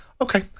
okay